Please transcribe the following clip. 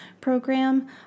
program